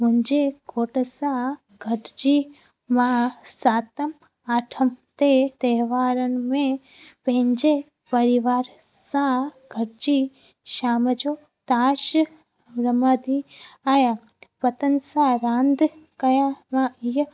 मुंहिंजे घोट सां गॾिजी मां सातम आठम ते तहिंवारनि में पंहिंजे परिवार सां गॾिजी शाम जो ताश रमंदी आहियां पतंग सां रांदि कयां मां इहा